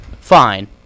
fine